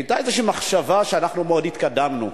היתה מחשבה שמאוד התקדמנו